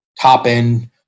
top-end